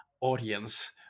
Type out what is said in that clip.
audience